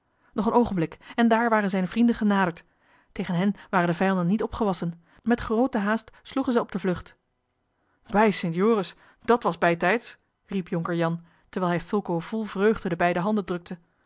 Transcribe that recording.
nog een oogenblik en daar waren zijne vrienden genaderd tegen hen waren de vijanden niet opgewassen met groote haast sloegen zij op de vlucht bij st joris dat was bijtijds riep jonker jan terwijl hij fulco vol vreugde de beide handen drukte